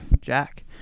Jack